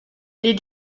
les